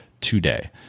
today